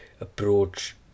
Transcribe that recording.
approach